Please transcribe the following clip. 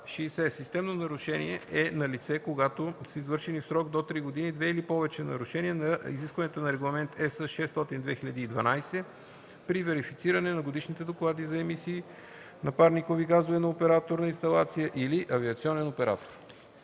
„Системно нарушение” е налице, когато са извършени в срок до три години две или повече нарушения на изискванията на Регламент (ЕС) № 600/2012 при верифициране на годишните доклади за емисии на парникови газове на оператор на инсталация или авиационен оператор.”